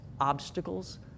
obstacles